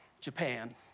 Japan